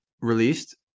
released